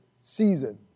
season